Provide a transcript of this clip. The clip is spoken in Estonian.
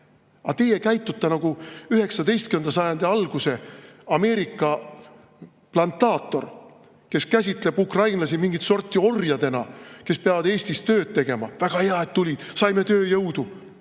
Aga teie käitute nagu 19. sajandi alguse Ameerika plantaator, kes käsitleb ukrainlasi mingit sorti orjadena, kes peavad Eestis tööd tegema. "Väga hea, et tulid, saime tööjõudu!"